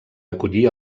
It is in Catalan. acollir